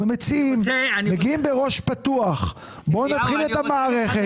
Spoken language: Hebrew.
אנחנו מגיעים בראש פתוח, בואו נתחיל את המערכת.